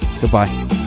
goodbye